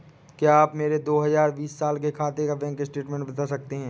क्या आप मेरे दो हजार बीस साल के खाते का बैंक स्टेटमेंट बता सकते हैं?